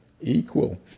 equal